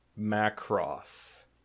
Macross